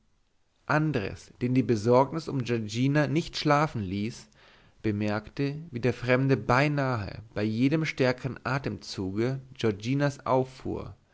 andres den die besorgnis um giorgina nicht schlafen ließ bemerkte wie der fremde beinahe bei jedem stärkeren atemzuge giorginas auffuhr